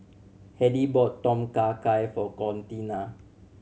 Hedy bought Tom Kha Gai for Contina